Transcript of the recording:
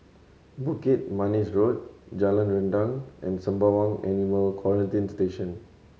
Bukit Manis Road Jalan Rendang and Sembawang Animal Quarantine Station